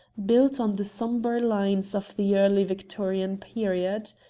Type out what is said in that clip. built on the sombre lines of the early victorian period.